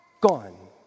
gone